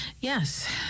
yes